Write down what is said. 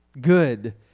good